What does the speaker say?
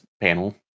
panel